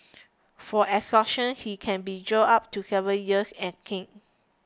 for extortion he can be jailed up to seven years and caned